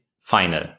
final